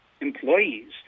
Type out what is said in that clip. employees